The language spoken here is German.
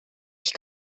ich